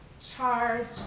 charge